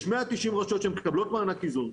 יש 190 רשויות שמקבלות מענק איזון,